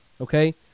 okay